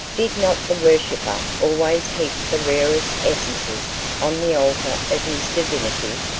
did not the worshipper always heap the rarest essences on the altar of his divinity?